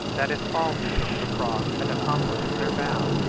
that if all who took the cross had accomplished their vow,